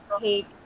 take